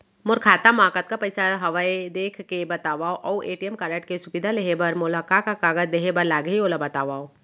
मोर खाता मा कतका पइसा हवये देख के बतावव अऊ ए.टी.एम कारड के सुविधा लेहे बर मोला का का कागज देहे बर लागही ओला बतावव?